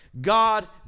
God